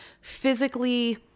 physically